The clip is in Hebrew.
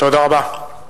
תודה רבה.